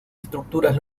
estructuras